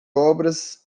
obras